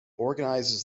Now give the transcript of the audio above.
organizes